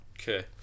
okay